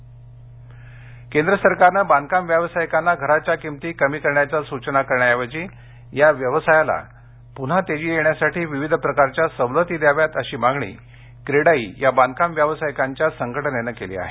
घराच्या किमती केंद्र सरकारनं बांधकाम व्यावसायिकांना घराच्या किंमती कमी करण्याच्या सूचना करण्याऐवजी या व्यवसायाला पुन्हा तेजी येण्यासाठी विविध प्रकारच्या सवलती देऊ कराव्यात अशी मागणी क्रेडाई या बांधकाम व्यावसायिकांच्या संघटनेनं केली आहे